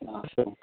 अस्तु